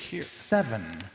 seven